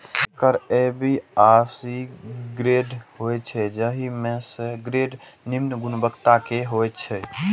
acre A, B आ C grade होइ छै, जाहि मे सी ग्रेड निम्न गुणवत्ता के होइ छै